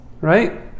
Right